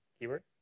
keyword